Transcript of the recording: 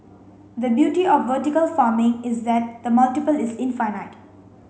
the beauty of vertical farming is that the multiple is infinite